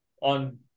on